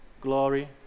glory